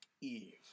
Eve